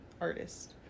artist